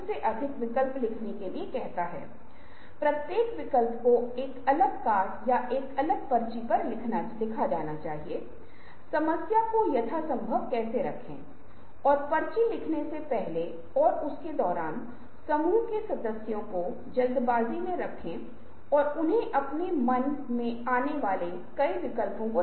जिस पल मैंने फ्लोरोसेंट रंग एक चमक के बरमे बात की है आप दिलचस्प विचारों या पारभासी पारदर्शी आकाश रंग के साथ आते हैं या आप देखते हैं कि आप कपड़े के बारे में बात करना शुरू कर देते हैं फिर हम कपड़े को रंग देते हैं और पेन के बनावट को रंग देते हैं और सभी प्रकार की नई चीजे उभरती है